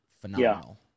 phenomenal